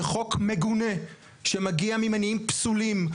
שחוק מגונה שמגיע ממניעים פסולים,